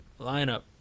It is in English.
lineup